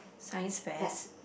Science fest